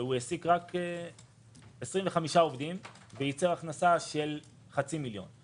הוא העסיק רק 25 עובדים וייצר הכנסה של 0.5 מיליון שקל.